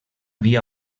via